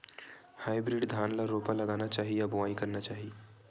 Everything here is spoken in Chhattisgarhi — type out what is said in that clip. हाइब्रिड धान ल रोपा लगाना चाही या बोआई करना चाही?